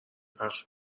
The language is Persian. پخش